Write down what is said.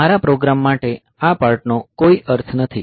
મારા પ્રોગ્રામ માટે આ પાર્ટનો કોઈ અર્થ નથી